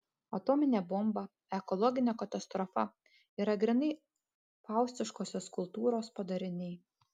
atominė bomba ekologinė katastrofa yra grynai faustiškosios kultūros padariniai